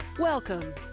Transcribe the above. Welcome